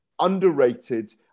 underrated